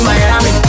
Miami